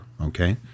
okay